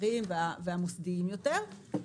המסחריים והמוסדיים יותר.